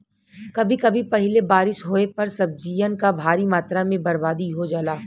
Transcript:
कभी कभी पहिले बारिस होये पर सब्जियन क भारी मात्रा में बरबादी हो जाला